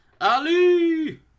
Ali